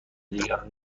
دیگران